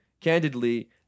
candidly